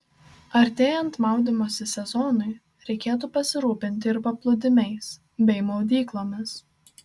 artėjant maudymosi sezonui reikėtų pasirūpinti ir paplūdimiais bei maudyklomis